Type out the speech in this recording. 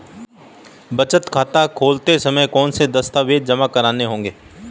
बचत खाता खोलते समय कौनसे दस्तावेज़ जमा करने होंगे?